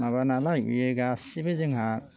माबा नालाय बे गासिबो जोंहा